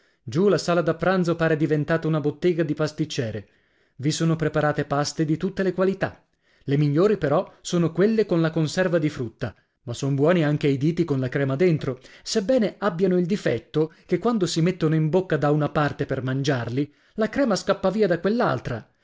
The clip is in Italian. giù la sala da pranzo pare diventata una bottega di pasticcere i sono preparate paste di tutte le qualità le migliori però sono quelle con la conserva di frutta ma son buoni anche i diti con la crema dentro sebbene abbiano il difetto che quando si mettono in bocca da una parte per mangiarli la crema scappa via da